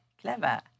Clever